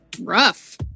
Rough